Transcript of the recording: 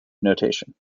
notation